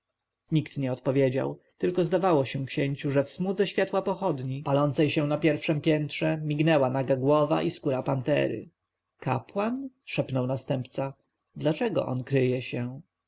nikt nie odpowiedział tylko zdawało się księciu że w smudze światła pochodni palącej się na pierwszem piętrze mignęła naga głowa i skóra pantery kapłan szepnął następca dlaczego on kryje się